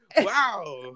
Wow